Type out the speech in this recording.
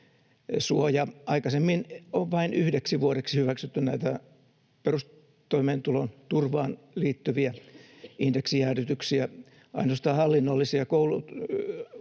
Aikaisemmin on vain yhdeksi vuodeksi hyväksytty näitä perustoimeentulon turvaan liittyviä indeksijäädytyksiä. Ainoastaan hallinnollinen, oppilaitosten